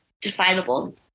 definable